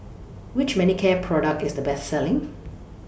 Which Manicare Product IS The Best Selling